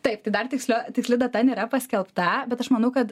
taip tai dar tikslio tiksli data nėra paskelbta bet aš manau kad